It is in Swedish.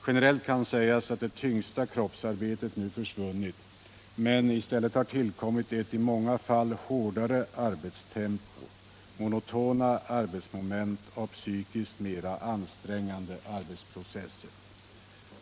Generellt kan sägas att det tyngsta kroppsarbetet nu försvunnit men i stället har tillkommit ett i många fall hårdare arbetstempo, monotona arbetsmoment och psykiskt mera ansträngande arbetsprocesser.